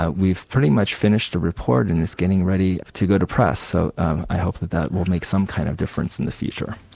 ah we've pretty much finished a report, and it's getting ready to go to press, so i hope that that will make some kind of difference in the future.